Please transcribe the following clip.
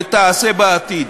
ותעשה בעתיד.